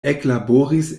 eklaboris